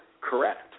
correct